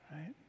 right